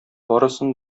барысын